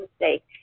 mistake